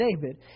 David